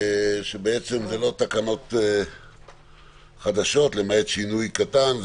בעצם זה לא תקנות חדשות, למעט שינוי קטן.